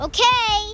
Okay